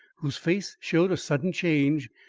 whose face showed a sudden change,